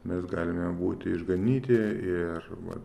mes galime būti išganyti ir va